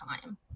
time